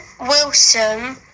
Wilson